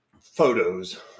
photos